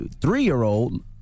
three-year-old